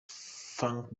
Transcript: funk